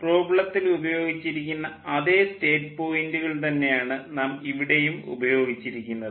പ്രോബ്ലത്തിൽ ഉപയോഗിച്ചിരിക്കുന്ന അതേ സ്റ്റേറ്റ് പോയിൻ്റുകൾ തന്നെയാണ് നാം ഇവിടെയും ഉപയോഗിച്ചിരിക്കുന്നത്